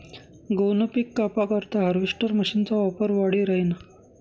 गहूनं पिक कापा करता हार्वेस्टर मशीनना वापर वाढी राहिना